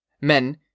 Men